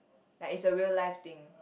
like is a real life things